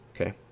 Okay